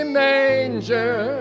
manger